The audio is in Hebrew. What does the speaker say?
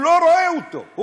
הוא לא רואה אותו.